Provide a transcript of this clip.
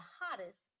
hottest